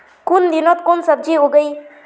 कुन दिनोत कुन सब्जी उगेई?